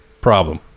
problem